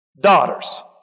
daughters